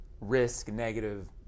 risk-negative